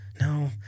No